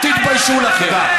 תתביישו לכם.